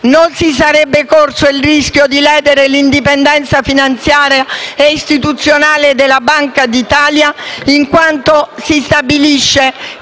Non si sarebbe corso il rischio di ledere l'indipendenza finanziaria e istituzionale della Banca d'Italia, in quanto si stabilisce che